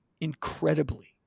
incredibly